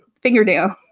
fingernail